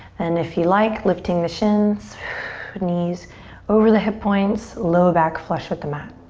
and if you like lifting the shins knees over the hip points, low back flush with the mat.